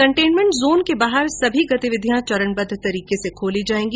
containment zone के बाहर सभी गतिविधियां चरणबद्व तरीके से खोली जाएगी